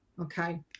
Okay